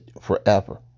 forever